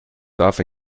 darf